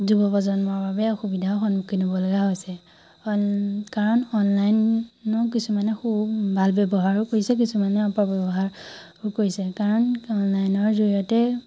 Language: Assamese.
যুৱ প্ৰজন্মৰ বাবে অসুবিধা সন্মুখীন হ'ব লগা হৈছে কাৰণ অনলাইনো কিছুমানে সু ভাল ব্যৱহাৰো কৰিছে কিছুমানে অপব্যৱহাৰো কৰিছে কাৰণ অনলাইনৰ জৰিয়তে